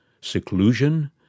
seclusion